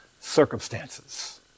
circumstances